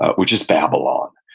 ah which is babylon,